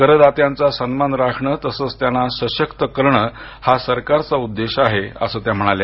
करदात्यांचा सन्मान राखणं तसच त्यांना सशक्त करणं हा सरकारचा उद्देश आहे असं त्या म्हणाल्या